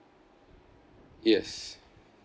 yes